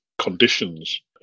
conditions